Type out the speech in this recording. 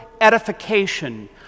edification